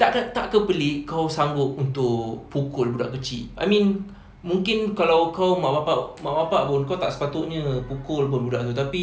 tak ke tak ke pelik kau sanggup untuk pukul budak kecil I mean mungkin kalau kau mak bapa mak bapa pun kau tak sepatutnya pukul budak-budak tu tapi